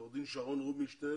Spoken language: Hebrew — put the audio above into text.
עורכת הדין שרון רובינשטיין,